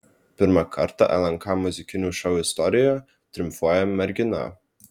pirmą kartą lnk muzikinių šou istorijoje triumfuoja mergina